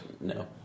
No